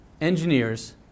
engineers